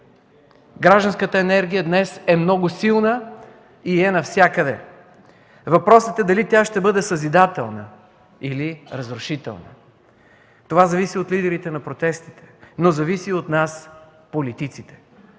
Гражданската енергия днес е много силна и е навсякъде. Въпросът е дали тя ще бъде съзидателна, или разрушителна. Това зависи от лидерите на протестите, но зависи и от нас политиците.